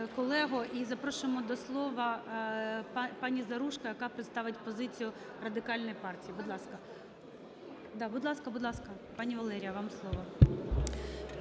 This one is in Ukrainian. колего. І запрошуємо до слова пані Заружко, яка представить позицію Радикальної партії, будь ласка. Да, будь ласка, будь ласка, пані Валерія, вам слово.